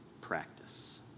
practice